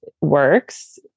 works